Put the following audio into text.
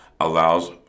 allows